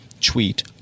tweet